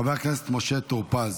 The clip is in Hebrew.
חבר הכנסת משה טור פז.